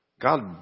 God